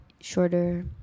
shorter